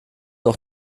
noch